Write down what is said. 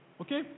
okay